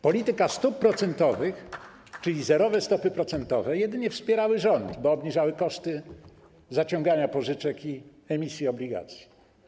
Polityka stóp procentowych, czyli zerowe stopy procentowe, jedynie wspierała rząd, bo obniżała koszty zaciągania pożyczek i emisji obligacji.